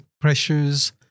pressures